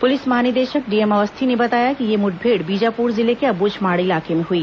police महानिदेशक D M Awasthi ने बताया कि यह मुठभेड़ बीजापुर जिले के अब्रुझमाड़ इलाके में हुई